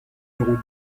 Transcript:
deux